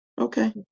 Okay